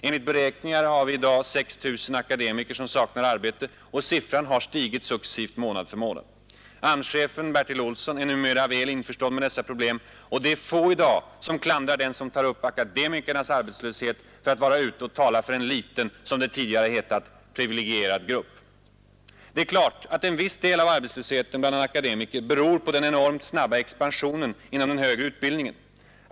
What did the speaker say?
Enligt beräkningar har vi i dag 6000 akademiker som saknar arbete, och siffran har stigit successivt månad för månad. AMS-chefen Bertil Olsson är numera väl införstådd med dessa problem, och det är få i dag som klandrar den som tar upp akademikernas arbetslöshet för att vara ute och tala för en liten och, som det tidigare hetat, privilegierad grupp. Det är klart att en viss del av arbetslösheten bland akademiker beror på den enormt snabba expansionen inom den högre utbildningen.